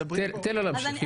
מדברים פה --- תן לה להמשיך,